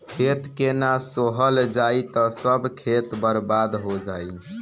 खेत के ना सोहल जाई त सब खेत बर्बादे हो जाई